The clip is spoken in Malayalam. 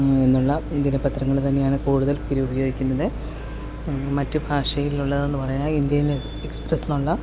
എന്നുള്ള ദിനപ്പത്രങ്ങൾ തന്നെയാണ് കൂടുതൽ പേരും ഉപയോഗിക്കുന്നത് മറ്റ് ഭാഷയിലുള്ളതെന്ന് പറയാൻ ഇൻഡിയൻ എക്സ്പ്രസ്സ് ഉള്ള